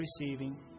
receiving